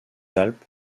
alpes